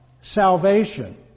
salvation